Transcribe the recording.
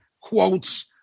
quotes